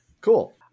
Cool